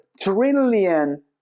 trillion